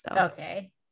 Okay